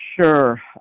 Sure